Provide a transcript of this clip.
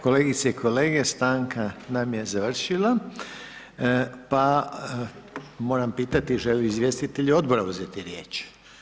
Kolegice i kolege, stanka nam je završila pa moram pitati želi li izvjestitelj Odbora uzeti riječ?